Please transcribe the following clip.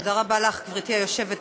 תודה רבה לך, גברתי היושבת-ראש.